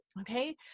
okay